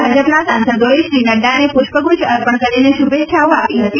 ભાજપના સાંસદોએ શ્રી નક્રાને પ્રષ્પગ્રચ્છ અર્પણ કરીને શ્રભેચ્છાઓ આપી હતી